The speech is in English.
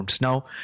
Now